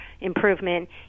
improvement